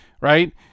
right